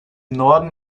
norden